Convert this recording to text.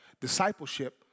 discipleship